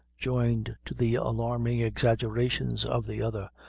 joined to the alarming exaggerations of the other,